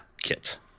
kit